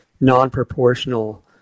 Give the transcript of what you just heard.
non-proportional